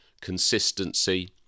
consistency